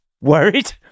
worried